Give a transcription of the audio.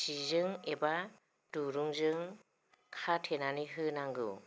जिजों एबा दुरुंजों खाथेनानै होनांगौ